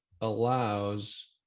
allows